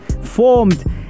formed